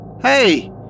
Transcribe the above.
Hey